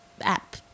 app